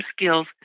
skills